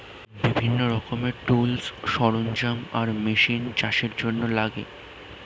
বিভিন্ন রকমের টুলস, সরঞ্জাম আর মেশিন চাষের জন্যে লাগে